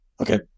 Okay